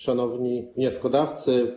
Szanowni Wnioskodawcy!